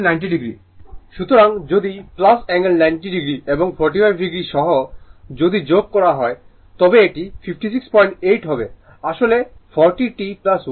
সুতরাং এটি angle 90 o এবং 45 o সহ যদি যোগ করা হয় তবে এটি 568 হবে আসলে 40 t 135o হবে